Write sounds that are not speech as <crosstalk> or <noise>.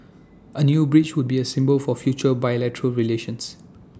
<noise> A new bridge would be A symbol for future bilateral relations